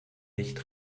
nicht